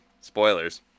Spoilers